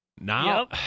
now